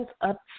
Up